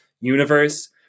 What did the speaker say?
universe